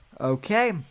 Okay